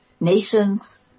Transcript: nations